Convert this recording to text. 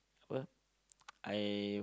apa I